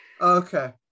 Okay